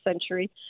century